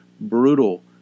brutal